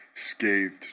Scathed